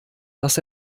das